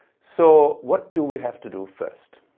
so what do we have to do first?